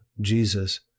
jesus